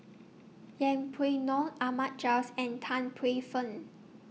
Yeng Pway Ngon Ahmad Jais and Tan Paey Fern